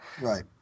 Right